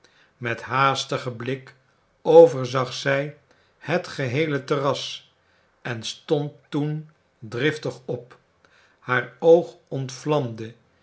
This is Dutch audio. met haastigen blik overzag zij het geheele terras en stond toen driftig op haar oog